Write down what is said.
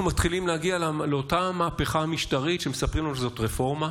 אנחנו מתחילים להגיע לאותה המהפכה המשטרית שמספרים לנו שהיא רפורמה,